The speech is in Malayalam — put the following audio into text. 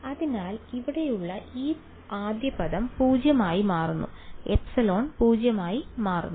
അതിനാൽ ഇവിടെയുള്ള ഈ ആദ്യ പദം 0 ആയി മാറുന്നു ε 0 ആയി മാറുന്നു